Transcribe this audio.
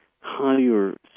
higher